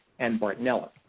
and bartonella.